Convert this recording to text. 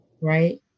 Right